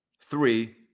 three